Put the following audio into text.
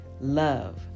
love